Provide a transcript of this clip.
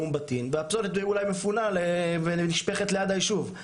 אום-בטין והפסולת אולי מפונה ונשפכת בתוך הישוב.